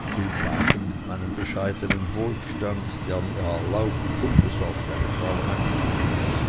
ich will sagen meinen bescheidenen wohlstand der mir erlaubt unbesorgt eine frau heimzuführen